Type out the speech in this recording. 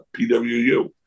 PWU